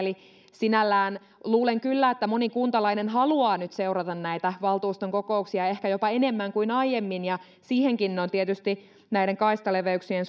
sinällään luulen kyllä että moni kuntalainen haluaa nyt seurata näitä valtuuston kokouksia ehkä jopa enemmän kuin aiemmin ja siihenkin on tietysti näiden kaistaleveyksien